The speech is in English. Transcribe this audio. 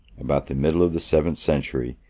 about the middle of the seventh century,